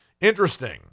Interesting